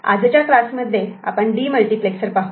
आजच्या क्लासमध्ये आपण डीमल्टिप्लेक्सर पाहू